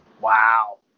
Wow